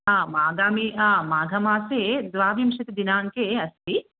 आं आगामी आं माघमासे द्वाविंशतिदिनाङ्के अस्ति